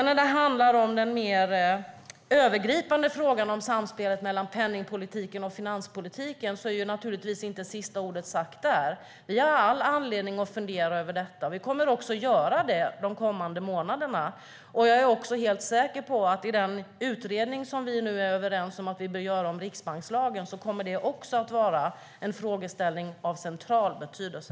När det handlar om den mer övergripande frågan om samspelet mellan penningpolitiken och finanspolitiken är naturligtvis inte sista ordet sagt. Vi har all anledning att fundera över detta och kommer också att göra det under de kommande månaderna. Jag är också helt säker på att det i den utredning som vi är överens om att vi bör göra om riksbankslagen kommer att vara en frågeställning av central betydelse.